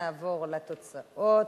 ונעבור לתוצאות: